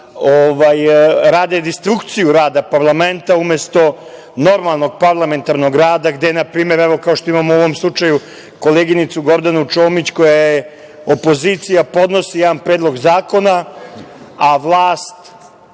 da rade destrukciju rada parlamenta, umesto normalnog parlamentarnog rada, gde na primer, evo kao što imamo u ovom slučaju, koleginicu Gordanu Čomić, koja je opozicija, podnosi jedan predlog zakona, a vlast